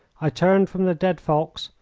i turned from the dead fox,